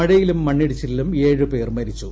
മഴയിലും മണ്ണിടിച്ചിലിലും ഏഴ് പേർ മരിച്ചു